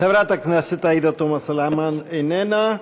חברת הכנסת עאידה תומא סלימאן, איננה,